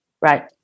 Right